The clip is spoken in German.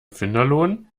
finderlohn